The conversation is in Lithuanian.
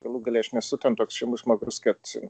galų gale aš nesu ten toks žymus žmogus kad